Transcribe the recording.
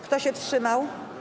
Kto się wstrzymał?